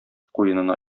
куенына